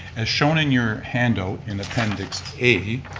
as shown in your handout in appendix a,